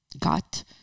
got